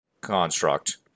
construct